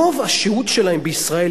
רוב השהות שלהם בישראל,